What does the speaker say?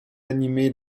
animée